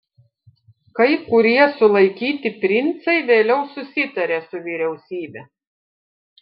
kai kurie sulaikyti princai vėliau susitarė su vyriausybe